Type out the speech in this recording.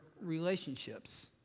relationships